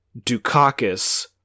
Dukakis